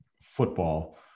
football